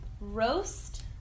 Roast